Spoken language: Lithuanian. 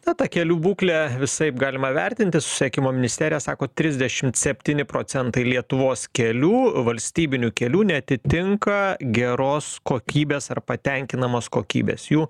na ta kelių būklė visaip galima vertinti susisiekimo ministerija sako trisdešimt septyni procentai lietuvos kelių valstybinių kelių neatitinka geros kokybės ar patenkinamos kokybės jų